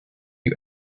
you